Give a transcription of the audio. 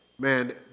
Man